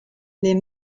les